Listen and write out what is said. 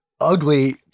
ugly